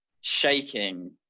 shaking